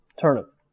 Turnip